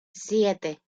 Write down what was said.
siete